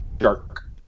shark